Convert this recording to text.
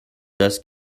das